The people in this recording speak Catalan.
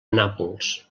nàpols